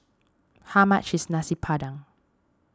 how much is Nasi Padang